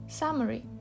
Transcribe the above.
Summary